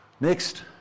next